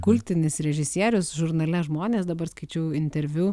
kultinis režisierius žurnale žmonės dabar skaičiau interviu